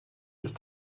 ist